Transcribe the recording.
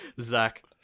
zach